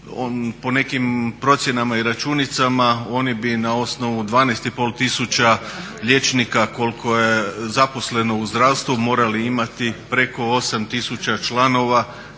po nekim procjenama i računicama oni bi na osnovu 12,5 tisuća liječnika koliko je zaposleno u zdravstvu morali imati preko 8 tisuća članova